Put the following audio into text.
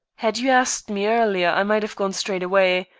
had you asked me earlier i might have gone straight away.